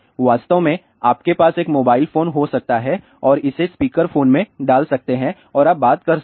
वास्तव में आपके पास एक मोबाइल फोन हो सकता है और इसे स्पीकर फोन में डाल सकते हैं और आप बात कर सकते हैं